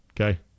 okay